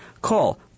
Call